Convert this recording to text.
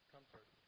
Comfort